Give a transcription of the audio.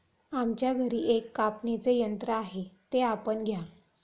आमच्या घरी एक कापणीचे यंत्र आहे ते आपण घ्या